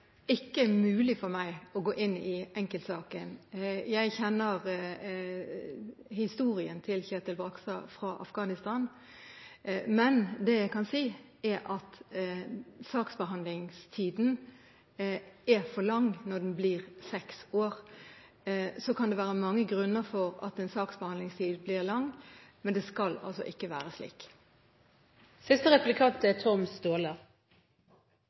ikke mulig for meg å gå inn i enkeltsaken. Jeg kjenner historien til Kjetil Bragstad fra Afghanistan, men det jeg kan si, er at saksbehandlingstiden er for lang når den blir seks år. Så kan det være mange grunner for at en saksbehandlingstid blir lang, men det skal altså ikke være slik.